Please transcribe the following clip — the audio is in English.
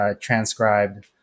transcribed